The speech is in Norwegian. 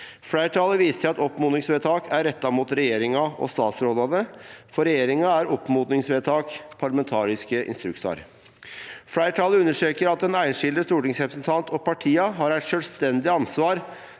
«Fleirtalet viser til at oppmodingsvedtak er retta mot regjeringa og statsrådane. For regjeringa er oppmodingsvedtak parlamentariske instruksar.» «Fleirtalet understrekar at den einskilde stortingsrepresentant og partia har eit sjølvstendig ansvar